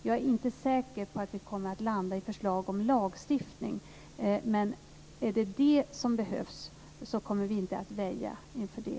Jag är inte säker på att vi kommer att landa i förslag om lagstiftning, men om det är det som behövs kommer vi inte att väja inför det.